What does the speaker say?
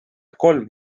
kolm